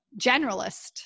generalist